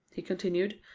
he continued,